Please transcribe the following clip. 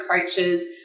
coaches